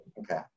Okay